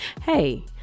Hey